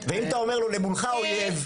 ואם אתה אומר לו למולך אויב,